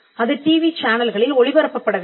அது டிவி சேனல்களில் ஒளிபரப்பப்படவேண்டும்